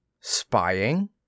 Spying